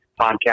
podcast